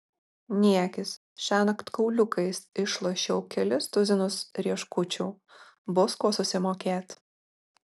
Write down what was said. niekis šiąnakt kauliukais išlošiau kelis tuzinus rieškučių bus kuo susimokėt